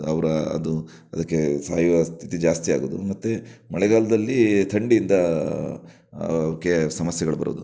ಅವರ ಅದು ಅದಕ್ಕೆ ಸಾಯುವ ಸ್ಥಿತಿ ಜಾಸ್ತಿ ಆಗೋದು ಮತ್ತು ಮಳೆಗಾಲದಲ್ಲಿ ಥಂಡಿಯಿಂದ ಅವಕ್ಕೆ ಸಮಸ್ಯೆಗಳು ಬರೋದು